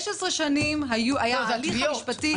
15 שנים היה ההליך המשפטי.